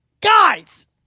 guys